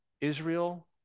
Israel